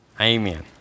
Amen